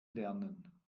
lernen